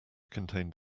contained